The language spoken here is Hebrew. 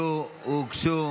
הוגשו